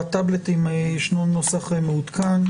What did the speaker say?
בטאבלטים ישנו נוסח מעודכן.